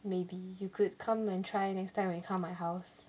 maybe you could come and try next time when you come my house